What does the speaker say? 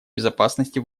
безопасности